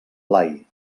blai